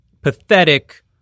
pathetic